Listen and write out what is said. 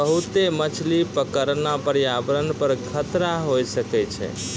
बहुते मछली पकड़ना प्रयावरण पर खतरा होय सकै छै